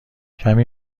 کمی